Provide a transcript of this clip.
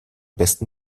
besten